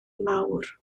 mawr